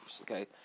okay